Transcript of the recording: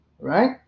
right